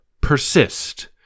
persist